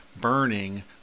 burning